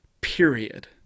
period